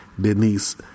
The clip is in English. denise